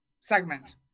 segment